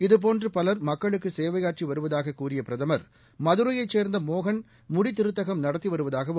இதுபோன்று பல் மக்களுக்கு சேவையாற்றி வருவதாகக் கூறிய பிரதம் மதுரையைச் சேன்ந்த மோகன் முடித்திருத்தகம் நடத்தி வருவதாகவும்